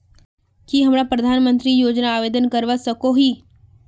की हमरा प्रधानमंत्री योजना आवेदन करवा सकोही?